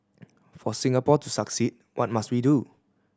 for Singapore to succeed what must we do